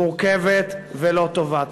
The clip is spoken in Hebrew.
מורכבת ולא טובה.